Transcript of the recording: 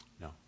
No